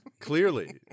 Clearly